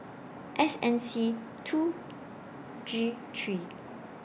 S N C two G three